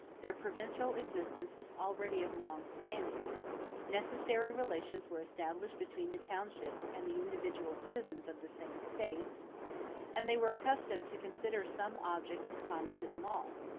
their provincial existence was already of long standing necessary relations were established between the townships and the individual citizens of the same states and they were accustomed to consider some objects as common to them all,